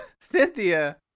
Cynthia